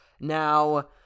now